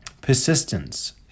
persistence